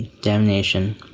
damnation